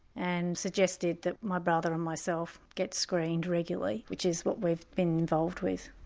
and suggested that my brother and myself get screened regularly, which is what we've been involved with.